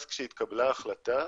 אז, כשהתקבלה ההחלטה,